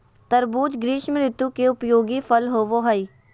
तरबूज़ ग्रीष्म ऋतु के उपयोगी फल होबो हइ